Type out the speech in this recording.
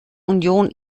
union